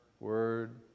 Word